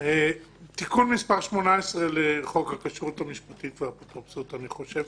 תיקון מס' 18 לחוק הכשרות המשפטית והאפוטרופסות אני חושב